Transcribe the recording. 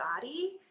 body